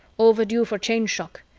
overdue for change shock.